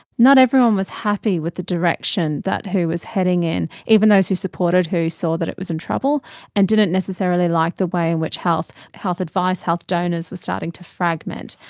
not everyone was happy with the direction that who was heading in. even those who supported who saw that it was in trouble and didn't necessarily like the way in which health health advice, health donors were starting to fragment.